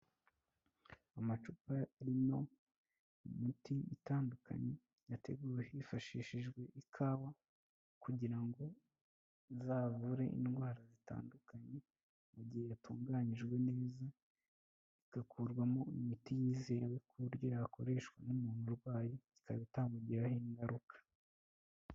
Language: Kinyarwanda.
Amacupa arimo imiti itandukanye yateguwe hifashishijwe ikawa kugira ngo izavure indwara zitandukanye mu gihe yatunganyijwe neza igakurwamo imiti yizewe ku buryo yakoreshwa n'umuntu urwaye ikaba itamugiraho ingaruka.